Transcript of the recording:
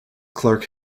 clarke